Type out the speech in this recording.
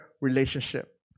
relationship